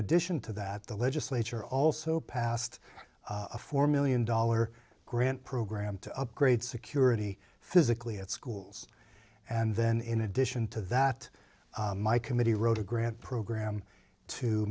addition to that the legislature also passed a four million dollar grant program to upgrade security physically at schools and then in addition to that my committee wrote a grant program to